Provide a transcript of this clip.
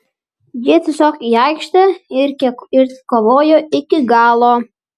jie tiesiog į aikštę ir kovojo iki galo